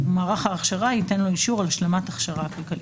ומערך ההכשרה ייתן לו אישור על השלמת ההכשרה הכלכלית.